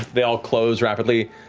they all close rapidly.